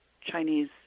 Chinese